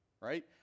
right